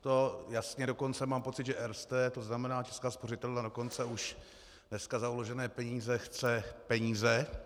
To je jasné, dokonce mám pocit, že Erste, to znamená Česká spořitelna, dokonce už dneska za uložené peníze chce peníze.